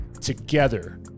Together